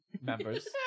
members